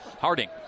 Harding